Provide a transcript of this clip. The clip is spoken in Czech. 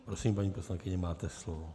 Prosím, paní poslankyně, máte slovo.